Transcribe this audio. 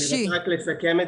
אני רוצה רק לסכם.